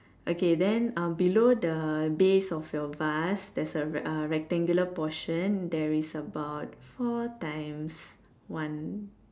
okay then uh below the base of your vase there's a rectangular portion there is about four times one